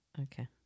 Okay